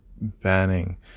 banning